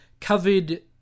covered